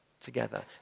Together